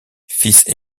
fils